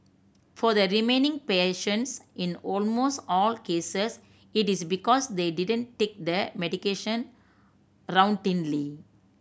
for the remaining patients in almost all cases it is because they didn't take the medication routinely